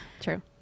True